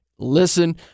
listen